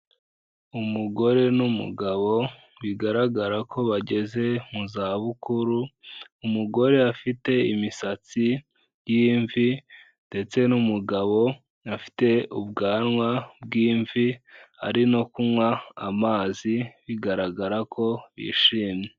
Umugore n'umugabo bigaragara ko bageze mu zabukuru, umugore afite imisatsi y'imvi ndetse n'umugabo afite ubwanwa bw'imvi ari no kunywa amazi bigaragara ko bishimye.